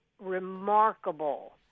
remarkable